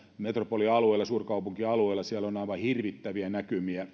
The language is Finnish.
metropolialueilla suurkaupunkialueilla siellä on aivan hirvittäviä näkymiä